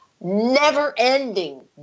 never-ending